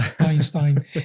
Einstein